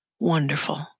wonderful